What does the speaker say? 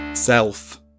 Self